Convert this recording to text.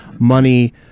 money